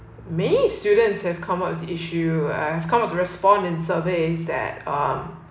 many students have come up with the issue I have come to respond in surveys that um